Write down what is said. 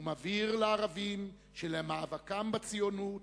הוא מבהיר לערבים שלמאבקם בציונות,